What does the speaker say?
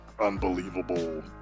unbelievable